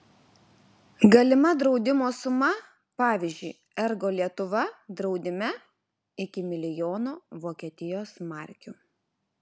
galima draudimo suma pavyzdžiui ergo lietuva draudime iki milijono vokietijos markių